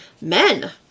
Men